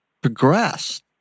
progressed